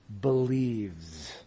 believes